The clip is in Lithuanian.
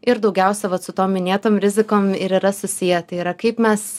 ir daugiausia vat su tom minėtom rizikom ir yra susiję tai yra kaip mes